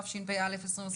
התשפ"א 2021?